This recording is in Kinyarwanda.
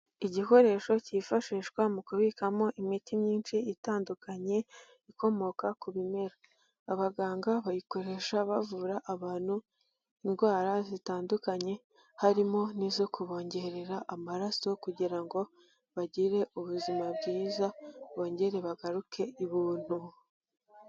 Igikoresho kifashishwa mu kubikamo imiti myinshi itandukanye ikomoka ku bimera, abaganga bayikoresha bavura abantu indwara zitandukanye, harimo n'izo kubongerera amaraso kugira ngo bagire ubuzima bwiza bongere bagaruke ibuntu.